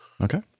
Okay